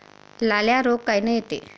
लाल्या रोग कायनं येते?